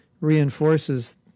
reinforces